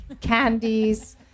candies